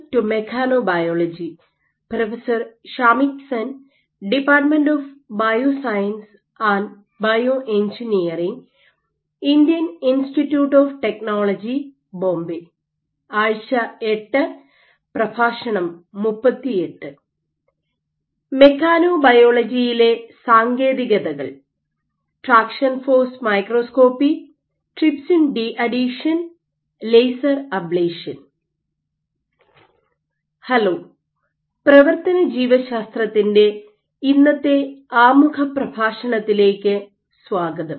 hello പ്രവർത്തനജീവശാസ്ത്രത്തിൻ്റെ മെക്കാനോബയോളജിയുടെ ഞങ്ങളുടെ ഇന്നത്തെ ആമുഖ പ്രഭാഷണത്തിലേക്ക് സ്വാഗതം